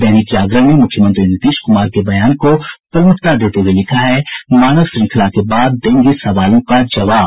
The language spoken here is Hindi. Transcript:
दैनिक जागरण ने मुख्यमंत्री नीतीश कुमार के बयान को प्रमुखता देते हुए लिखा है मानव श्रृंखला के बाद देंगे सवालों का जवाब